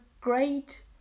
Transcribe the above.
great